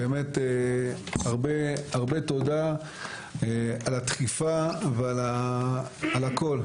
באמת הרבה תודה על הדחיפה ועל הכול,